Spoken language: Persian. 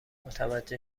متوجه